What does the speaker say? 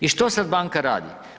I što sad banka radi?